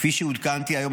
כפי שעודכנתי היום,